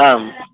ஆ ம்